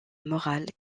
morale